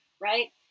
right